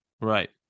right